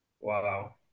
Wow